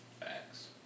Facts